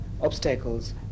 obstacles